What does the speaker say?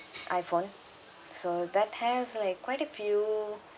iphone so that has like quite a few